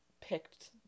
picked